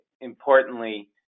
importantly